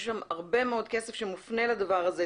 יש שם הרבה מאוד כסף שמופנה לדבר הזה,